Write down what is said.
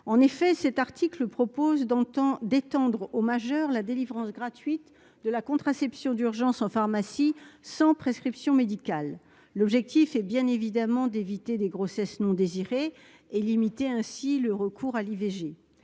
en effet, cet article propose d'antan, d'étendre aux majeurs, la délivrance gratuite de la contraception d'urgence en pharmacie sans prescription médicale, l'objectif est bien évidemment d'éviter des grossesses non désirées et limiter ainsi le recours à l'IVG